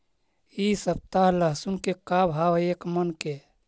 इ सप्ताह लहसुन के का भाव है एक मन के?